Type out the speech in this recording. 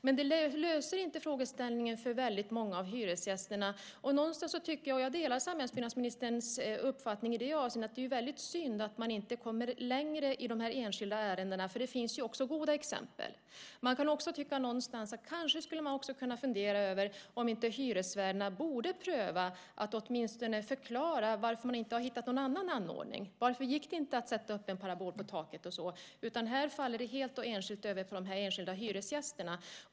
Men det här löser inte problemet för väldigt många av hyresgästerna. Jag delar samhällsbyggnadsministerns uppfattning att det är väldigt synd att man inte kommer längre i de enskilda ärendena, för det finns ju också goda exempel. Kanske skulle man också kunna fundera över om inte hyresvärdarna borde pröva att åtminstone förklara varför man inte har hittat någon annan anordning, varför det inte gick att sätta upp en parabol på taket till exempel. Här faller det helt och hållet över på de enskilda hyresgästerna.